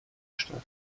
statt